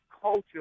culture